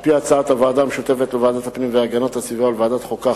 על-פי הצעת הוועדה המשותפת לוועדת הפנים והגנת הסביבה ולוועדת החוקה,